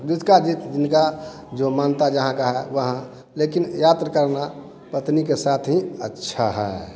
जिसका जिनका जो मन्नत जहाँ का है वहाँ लेकिन यात्रा करना पत्नी के साथ ही अच्छा है